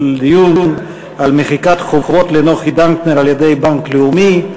דיון על מחיקת חובות לנוחי דנקנר על-ידי בנק לאומי.